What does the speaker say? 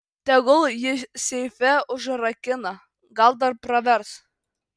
tegul jį seife užrakina gal dar pravers